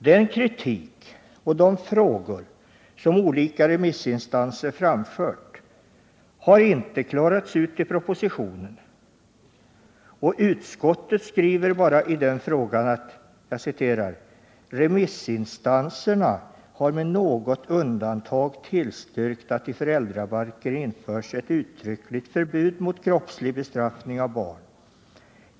Den kritik och de frågor som olika remissinstanser framfört har inte klarats ut i propositionen, och utskottet skriver bara i den frågan: ”Remissinstanserna har med något undantag tillstyrkt att i FB införs ett uttryckligt förbud mot kroppslig bestraffning av barn.